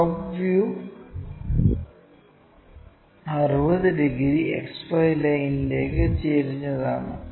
top view 60 degree XY ലൈനിലേക്ക് ചരിഞ്ഞതുമാണ്